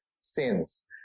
sins